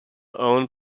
owned